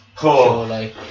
surely